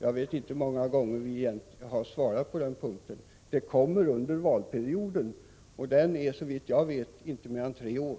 Jag vet inte hur många gånger vi har svarat på den frågan. Den kommer under valperioden, och den är såvitt jag vet inte mer än tre år.